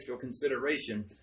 consideration